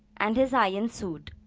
and his iron suit.